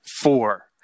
four